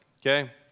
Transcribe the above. Okay